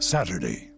Saturday